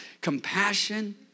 Compassion